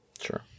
sure